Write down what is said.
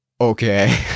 Okay